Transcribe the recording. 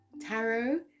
tarot